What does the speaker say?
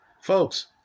Folks